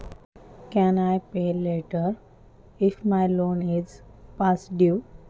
माझे कर्ज भरण्याची तारीख होऊन गेल्यास मी नंतर पैसे भरू शकतो का?